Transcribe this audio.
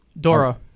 Dora